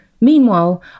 Meanwhile